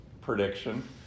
prediction